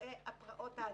גם עכשיו וגם איי פעם בהמשך,